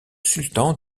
sultan